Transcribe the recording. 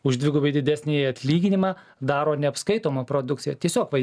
už dvigubai didesnį atlyginimą daro neapskaitomą produkciją tiesiog va